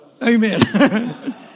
Amen